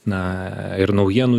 na ir naujienų